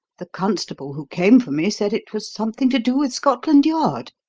the constable who came for me said it was something to do with scotland yard.